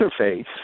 interface